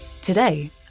Today